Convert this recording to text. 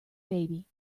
baby